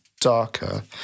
darker